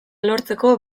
lortzeko